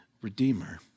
Redeemer